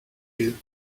you